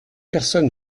personne